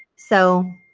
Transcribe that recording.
so,